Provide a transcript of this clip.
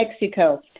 Mexico